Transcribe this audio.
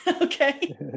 Okay